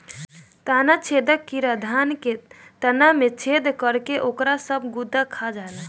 तना छेदक कीड़ा धान के तना में छेद करके ओकर सब गुदा खा जाएला